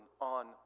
on